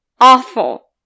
Awful